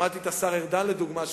שמעתי את השר ארדן לדוגמה,